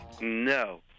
No